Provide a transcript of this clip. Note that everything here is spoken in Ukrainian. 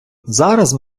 зараз